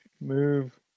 move